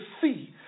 see